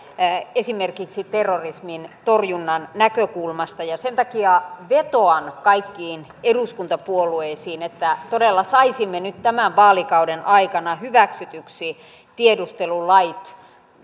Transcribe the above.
esimerkiksi terrorismin torjunnan näkökulmasta sen takia vetoan kaikkiin eduskuntapuolueisiin että todella saisimme nyt tämän vaalikauden aikana hyväksytyksi tiedustelulait